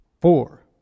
Four